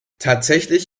tatsächlich